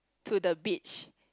to the beach